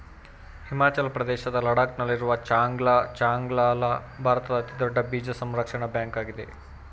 ಹಿಮಾಚಲ ಪ್ರದೇಶದ ಲಡಾಕ್ ನಲ್ಲಿರುವ ಚಾಂಗ್ಲ ಲಾ ಭಾರತದ ದೊಡ್ಡ ಬೀಜ ಸಂರಕ್ಷಣಾ ಬ್ಯಾಂಕ್ ಆಗಿದೆ